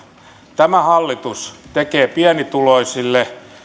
tämä hallitus tekee pienituloisille